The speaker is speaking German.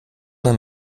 man